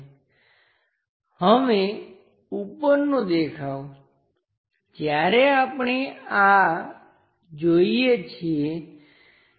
તેથી તે લંબચોરસ જેવું લાગે છે આ બધી લાઈનો જે તે દર્શાવે છે તે આપણી પાસે આ ડેશ છે અને જ્યારે આપણે તે ઉપરથી જોઈએ છીએ આપણે તે કર્વ જોઈશું